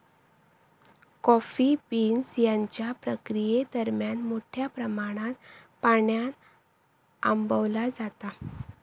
coffee beans त्यांच्या प्रक्रियेदरम्यान मोठ्या प्रमाणात पाण्यान आंबवला जाता